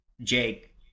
Jake